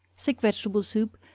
thick vegetable soup,